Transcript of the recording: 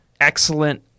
excellent